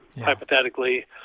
hypothetically